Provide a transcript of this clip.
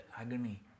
agony